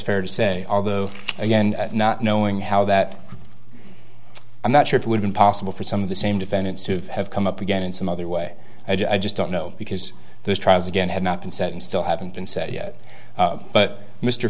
fair to say although again not knowing how that i'm not sure it would been possible for some of the same defendants who have come up again in some other way i just don't know because those trials again have not been set and still haven't been set yet but mr